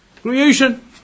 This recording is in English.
creation